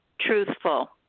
truthful